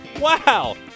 Wow